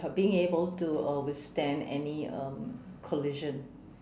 uh being able to uh withstand any um collision